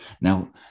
now